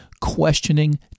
questioning